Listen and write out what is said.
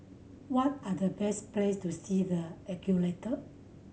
what are the best places to see the Ecuador